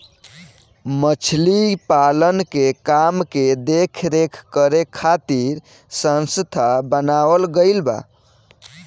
मछली पालन के काम के देख रेख करे खातिर संस्था बनावल गईल बा